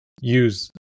use